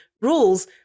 Rules